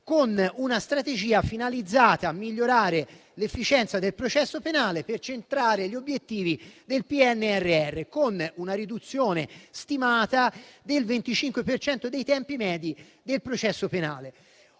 con una strategia finalizzata a migliorare l'efficienza del processo penale al fine di centrare gli obiettivi del PNRR, con una riduzione stimata del 25 per cento dei tempi medi del processo penale.